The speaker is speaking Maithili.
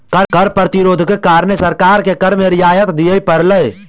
कर प्रतिरोधक कारणें सरकार के कर में रियायत दिअ पड़ल